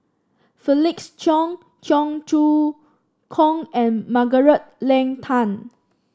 Felix Cheong Cheong Choong Kong and Margaret Leng Tan